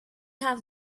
have